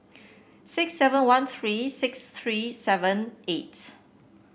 six seven one three six three seven eight